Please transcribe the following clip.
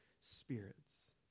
spirits